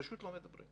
פשוט לא מדברים.